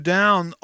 down